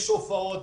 יש הופעות.